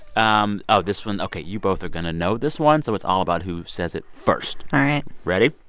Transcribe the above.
um oh, this one ok, you both are going to know this one, so it's all about who says it first all right ready?